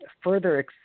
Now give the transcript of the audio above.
further